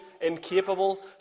incapable